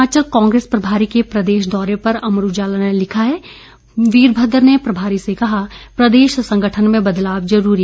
हिमाचल कांग्रेस प्रभारी के प्रदेश दौरे पर अमर उजाला ने लिखा है वीरभद्र ने प्रभारी से कहा प्रदेश संगठन में बदलाव जरूरी